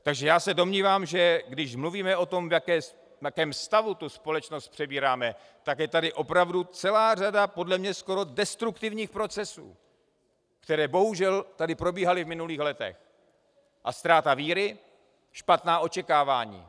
Takže já se domnívám, že když mluvíme o tom, v jakém stavu tu společnost přebíráme, tak je tady opravdu celá řada podle mě skoro destruktivních procesů, které bohužel tady probíhaly v minulých letech, a ztráta víry, špatná očekávání.